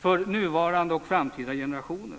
för nuvarande och framtida generationer.